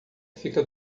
fica